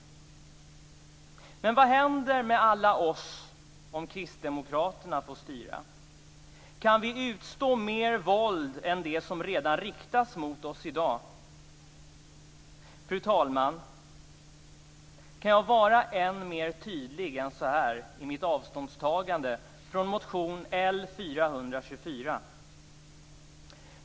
Men vad händer med alla oss om Kristdemokraterna får styra? Kan vi utstå mer våld än det som redan riktas mot oss i dag? Fru talman! Kan jag vara mer tydlig än så här i mitt avståndstagande från motion L424?